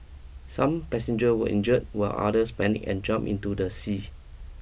some passenger were injured while others panic and jump into the sea